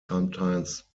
sometimes